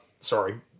Sorry